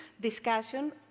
discussion